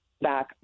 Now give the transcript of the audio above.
back